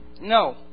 no